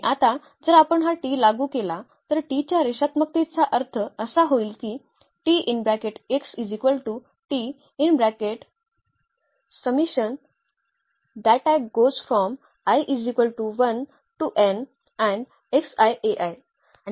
आणि आता जर आपण हा T लागू केला तर T च्या रेषात्मकतेचा अर्थ असा होईल की आणि मुळात आपण घेऊ शकतो